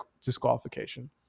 disqualification